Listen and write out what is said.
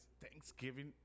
Thanksgiving